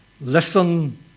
listen